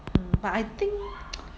but I think